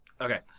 Okay